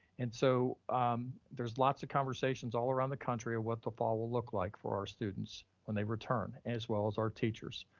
and so there's lots of conversations all around the country of what the fall will look like for our students when they return as well as our teachers.